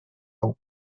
ans